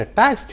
tax